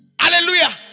Hallelujah